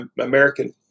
American